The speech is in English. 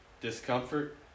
discomfort